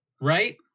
right